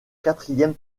quatrième